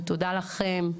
ותודה לכם,